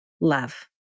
love